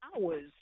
hours